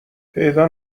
پیدا